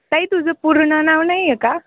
ताई तुझं पूर्ण नाव नाही आहे का